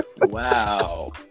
wow